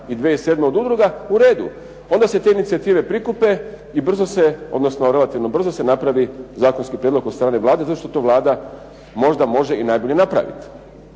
i 2007. od udruga. U redu, onda se te inicijative prikupe i brzo se, odnosno relativno brzo se napravi zakonski prijedlog od strane Vlade zato što to Vlada možda može i najbolje napraviti.